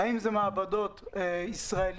האם עכשיו השר יכול להחליט שאין צורך בבדיקה